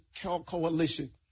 Coalition